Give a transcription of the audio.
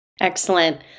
Excellent